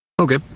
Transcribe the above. Okay